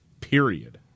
period